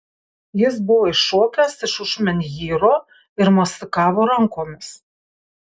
jis buvo iššokęs iš už menhyro ir mosikavo rankomis